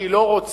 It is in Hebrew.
כי היא לא רוצה,